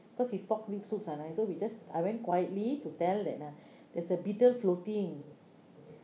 because his pork rib soup are nice so we just I went quietly to tell that uh there's a beetle floating